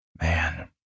Man